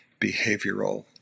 behavioral